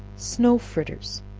snow fritters.